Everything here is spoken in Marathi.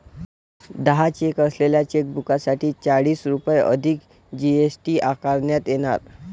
दहा चेक असलेल्या चेकबुकसाठी चाळीस रुपये अधिक जी.एस.टी आकारण्यात येणार